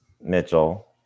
Mitchell